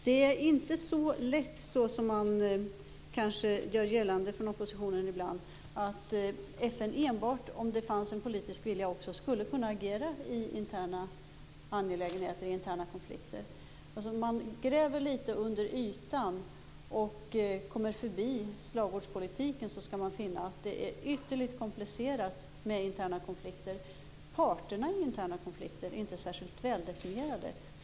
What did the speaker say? Det är inte så lätt som man gör gällande från oppositionen ibland att FN om det bara fanns en politisk vilja också skulle kunna agera i interna angelägenheter och konflikter. Om man gräver litet under ytan och kommer förbi slagordspolitiken skall man finna att interna konflikter är ytterligt komplicerade. Parterna i de här konflikterna är inte särskilt väldefinierade.